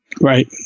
Right